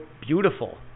beautiful